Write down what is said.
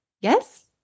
Yes